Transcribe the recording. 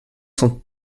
sont